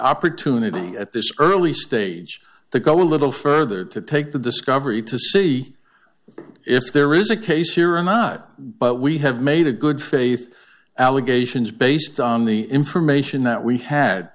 opportunity at this early stage to go a little further to take the discovery to see if there is a case here or not but we have made a good faith allegations based on the information that we had